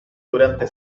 durante